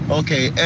okay